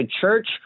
church